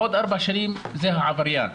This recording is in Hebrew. בעוד ארבע שנים זה יהיה העבריין,